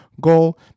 goal